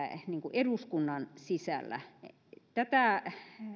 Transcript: eduskunnan sisällä tätä